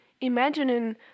imagining